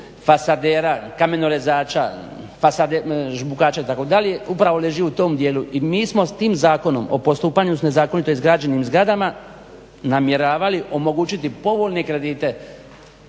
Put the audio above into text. fasadera, kamenorezača, žbukača itd. upravo leži u tom dijelu i mi smo s tim Zakonom o postupanju s nezakonito izgrađenim zgradama namjeravali omogućiti povoljne kredite